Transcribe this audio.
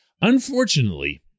Unfortunately